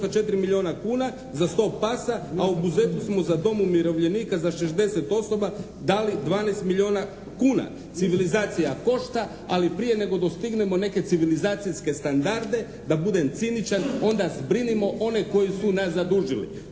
4 milijuna kuna za 100 pasa, a u Buzetu smo za Dom umirovljenika za 60 osoba dali 12 milijuna kuna. Civilizacija košta ali prije nego dostignemo neke civilizacijske standarde, da budem ciničan, onda zbrinimo one koji su nas zadužili.